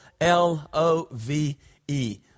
L-O-V-E